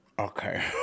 Okay